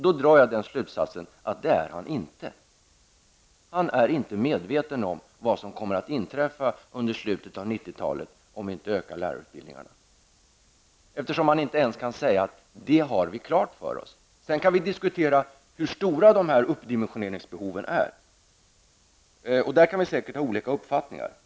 Då drar jag den slutsatsen att han inte är medveten om vad som kommer att inträffa i slutet av 90-talet, om lärarutbildningarna inte ökar. Han kan inte ens säga att regeringen har behoven klara för sig. Hade man haft det hade man kunnat diskutera hur stora utbildningsbehoven är. Här kan vi säkert ha olika uppfattningar.